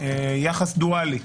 יחס דואלי.